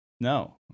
no